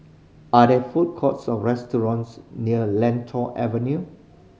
are there food courts or restaurants near Lentor Avenue